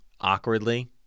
awkwardly